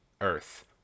earth